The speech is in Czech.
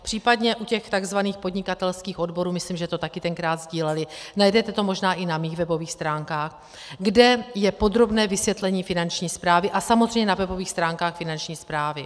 Případně u těch takzvaných Podnikatelských odborů, myslím, že to také tenkrát sdílely, najdete to možná i na mých webových stránkách, kde je podrobné vysvětlení Finanční správy, a samozřejmě na webových stránkách Finanční správy.